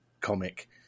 comic